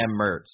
Mertz